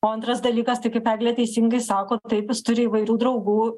o antras dalykas tai kaip eglė teisingai sako taip jis turi įvairių draugų